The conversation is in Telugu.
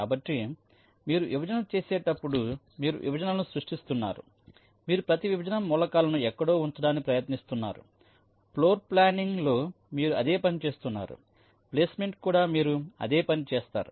కాబట్టి మీరు విభజన చేసేటప్పుడు మీరు విభజనలను సృష్టిస్తున్నారు మీరు ప్రతి విభజన మూలకాలను ఎక్కడో ఉంచడానికి ప్రయత్నిస్తున్నారు ఫ్లోర్ప్లానింగ్ లో మీరు అదే పని చేస్తున్నారు ప్లేస్మెంట్ కూడా మీరు అదే పని చేస్తారు